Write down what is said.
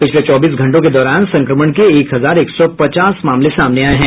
पिछले चौबीस घंटों के दौरान संक्रमण के एक हजार एक सौ पचास मामले सामने आये हैं